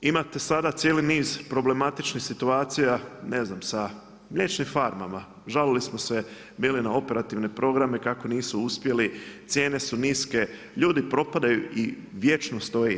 Imate sada cijeli niz problematičnih situacija, ne znam, sa mliječnim farmama, žalili smo se bili na operativne programe kako nisu uspjeli, cijene su niske, ljudi probadaju i vječno stoji.